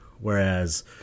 whereas